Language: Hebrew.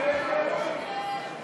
הצעת סיעת המחנה